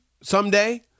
someday